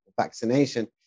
vaccination